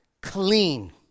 clean